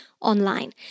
online